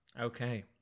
Okay